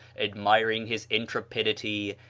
admiring his intrepidity,